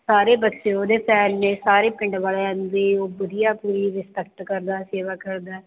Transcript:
ਸਾਰੇ ਬੱਚੇ ਉਹਦੇ ਫੈਨ ਨੇ ਸਾਰੇ ਪਿੰਡ ਵਾਲਿਆਂ ਨੂੰ ਵੀ ਉਹ ਵਧੀਆ ਪੂਰੀ ਰਿਸਪੈਕਟ ਕਰਦਾ ਸੇਵਾ ਕਰਦਾ